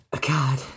God